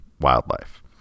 wildlife